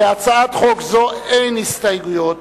להצעת חוק זו אין הסתייגויות,